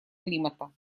климата